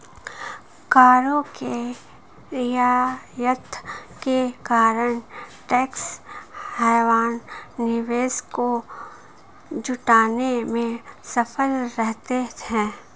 करों के रियायत के कारण टैक्स हैवन निवेश को जुटाने में सफल रहते हैं